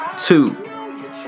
Two